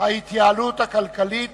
ההתייעלות הכלכלית